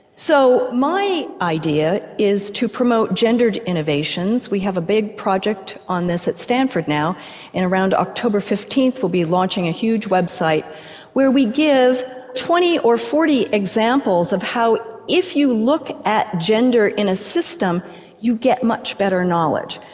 so my idea is to promote gendered innovations we have a big project on this at stanford now and around october fifteenth we'll be launching a huge website where we give twenty or forty examples of how if you look at gender in a system you get much better knowledge.